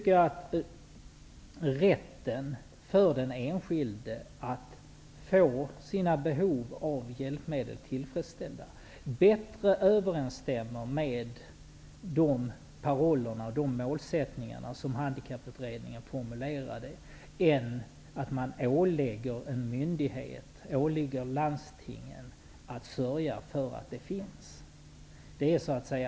Rätten för den enskilde att få sina behov av hjälmedel tilfredsställda överensstämmer bättre med de paroller som Handikapputredningen formulerade än med att man ålägger en myndighet, landstingen, att sörja för att hjälpmedel finns.